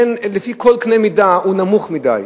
ולפי כל קנה-מידה היא נמוכה מדי,